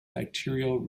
bacterial